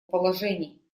положений